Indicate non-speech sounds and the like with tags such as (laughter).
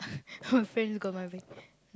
(laughs) my friends got my back